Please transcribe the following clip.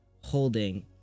holding